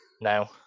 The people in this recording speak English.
No